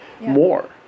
more